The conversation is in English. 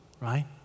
right